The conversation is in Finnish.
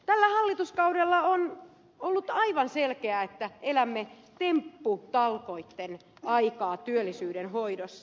tällä hallituskaudella on ollut aivan selkeää että elämme tempputalkoitten aikaa työllisyyden hoidossa